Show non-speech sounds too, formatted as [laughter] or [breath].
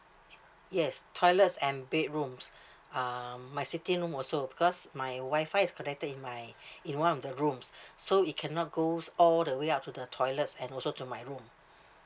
yes toilets and bedrooms [breath] um my sitting room also because my wifi is connected in my [breath] in one of the rooms [breath] so it cannot goes all the way up to the toilets and also to my room